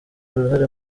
uruhare